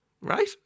Right